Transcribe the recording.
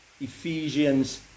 ephesians